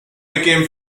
became